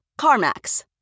CarMax